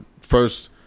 First